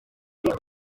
mushi